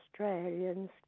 Australians